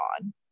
on